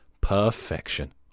perfection